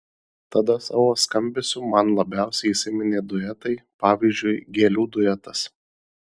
tada savo skambesiu man labiausiai įsiminė duetai pavyzdžiui gėlių duetas